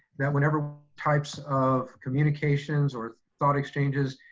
that whenever types of communications or thought exchanges,